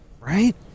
Right